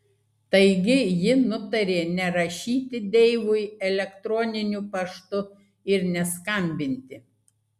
taigi ji nutarė nerašyti deivui elektroniniu paštu ir neskambinti